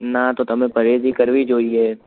ના તો તમે પરેજી કરવી જોઈએ